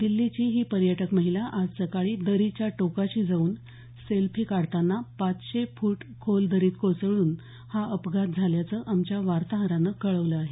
दिल्लीची ही पर्यटक महिला आज सकाळी दरीच्या टोकाशी जाऊन सेल्फी काढताना पाचशे फूट खोल दरीत कोसळून हा अपघात झाल्याचं आमच्या वार्ताहरानं कळवलं आहे